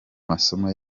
masomo